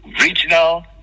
regional